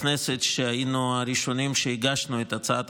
היינו שני חברי הכנסת הראשונים שהגישו